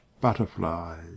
butterflies